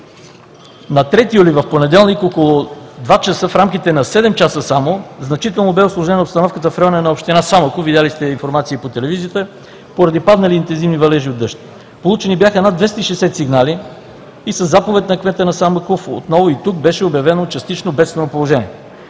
На 3 юли, в понеделник, около 2,00 ч. в рамките на седем часа само значително бе усложнена обстановката в района на община Самоков – информирани сте от телевизията, поради паднали интензивни валежи от дъжд. Получени бяха над 260 сигнала и със заповед на кмета на Самоков и тук беше обявено частично бедствено положение.